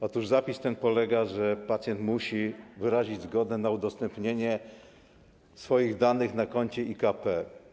Otóż zapis stanowi, że pacjent musi wyrazić zgodę na udostępnienie swoich danych na koncie IKP.